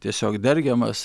tiesiog dergiamas